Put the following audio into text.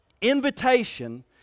invitation